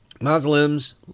Muslims